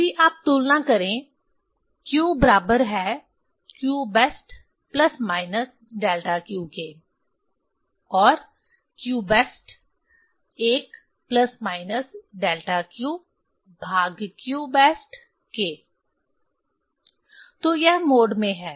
यदि आप तुलना करें q बराबर है q best plus minus delta q के और q best 1 plus minus delta q भाग q बेस्ट के तो यह मोड में है